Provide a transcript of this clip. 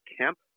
Kemp